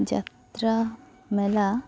ᱡᱟᱛᱨᱟ ᱢᱮᱞᱟ